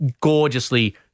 gorgeously